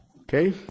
Okay